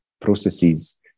processes